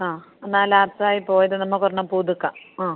ആ എന്നാൽ ലാപ്സായി പോയത് നമ്മൾക്ക് ഒരെണ്ണം പുതുക്കാം ആ